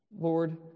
Lord